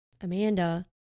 Amanda